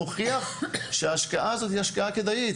שמוכיח שההשקעה הזו היא השקעה מאוד כדאית,